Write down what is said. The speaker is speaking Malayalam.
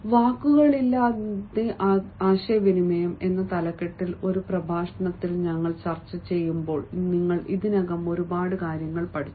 വാക്കുകളില്ലാതെ ആശയവിനിമയം എന്ന തലക്കെട്ടിൽ ഒരു പ്രഭാഷണത്തിൽ ഞങ്ങൾ ചർച്ചചെയ്യുമ്പോൾ നിങ്ങൾ ഇതിനകം ഒരുപാട് കാര്യങ്ങൾ പഠിച്ചു